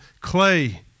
clay